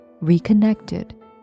reconnected